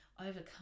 overcome